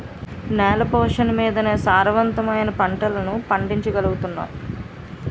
నేల పోషకాలమీదనే సారవంతమైన పంటలను పండించగలుగుతున్నాం